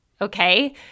Okay